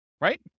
right